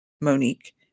Monique